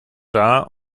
dar